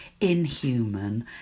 inhuman